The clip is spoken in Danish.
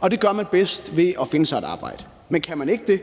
Og det gør man bedst ved at finde sig et arbejde. Men kan man ikke det,